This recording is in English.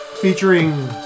Featuring